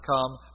come